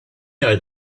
know